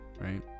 right